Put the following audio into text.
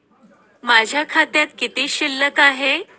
माझ्या खात्यात किती शिल्लक आहे?